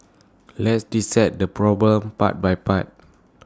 let's dissect the problem part by part